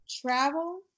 Travel